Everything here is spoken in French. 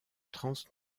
trans